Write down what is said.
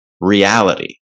reality